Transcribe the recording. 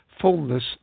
fullness